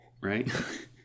right